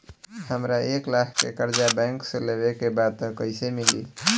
हमरा एक लाख के कर्जा बैंक से लेवे के बा त कईसे मिली?